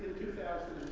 two thousand